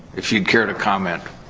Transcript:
if you'd care to comment.